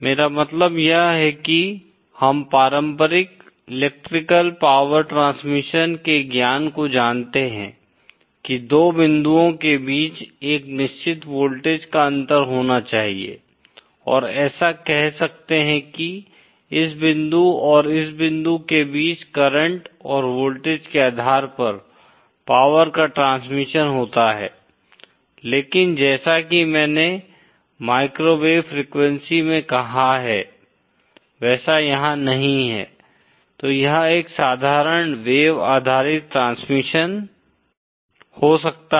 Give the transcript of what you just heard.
मेरा मतलब यह है की हम पारंपरिक इलेक्ट्रिकल पावर ट्रांसमिशन के ज्ञान को जानते हैं कि दो बिंदुओं के बीच एक निश्चित वोल्टेज का अंतर होना चाहिए और ऐसा कह सकते है कि इस बिंदु और इस बिंदु के बीच करंट और वोल्टेज के आधार पर पावर का ट्रांसमिशन होता है लेकिन जैसा कि मैंने माइक्रोवेव फ्रीक्वेंसी में कहा है वैसा यहाँ नहीं है तो यह एक साधारण वेव आधारित ट्रांसमिशन हो सकता है